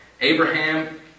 Abraham